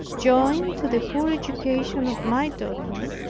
joined to the poor education of my daughter,